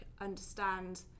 understand